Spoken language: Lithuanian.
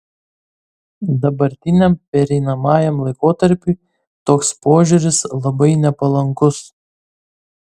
dabartiniam pereinamajam laikotarpiui toks požiūris labai nepalankus